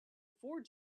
afford